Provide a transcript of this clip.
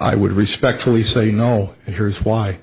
i would respectfully say no and here's why